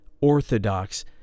orthodox